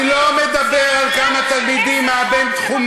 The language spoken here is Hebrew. מה המדינה